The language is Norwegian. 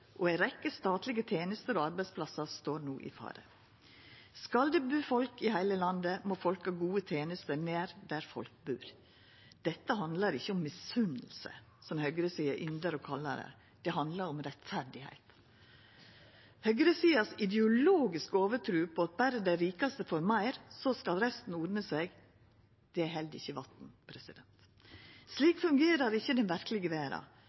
og ei rekkje statlege tenester og arbeidsplassar står no i fare. Skal det bu folk i heile landet, må folk ha gode tenester nær der folk bur. Dette handlar ikkje om «misunnelse», som høgresida yndar å kalla det. Det handlar om rettferd. Høgresida si ideologiske overtru på at berre dei rikaste får meir, så skal resten ordna seg, held ikkje vatn. Slik fungerer ikkje den verkelege